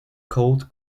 cold